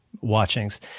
watchings